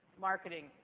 marketing